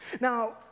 Now